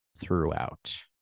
throughout